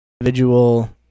individual